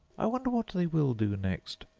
i wonder what they will do next!